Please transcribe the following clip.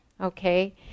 okay